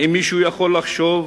האם מישהו יכול לחשוב